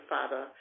Father